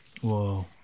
Whoa